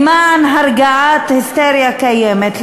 למען הרגעת היסטריה קיימת,